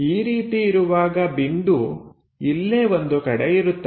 ಈ ರೀತಿ ಇರುವಾಗ ಬಿಂದು ಇಲ್ಲೇ ಒಂದು ಕಡೆ ಇರುತ್ತದೆ